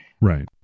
Right